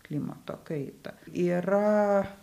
klimato kaitą yra